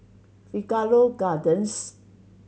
Figaro Gardens